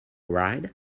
ride